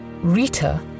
Rita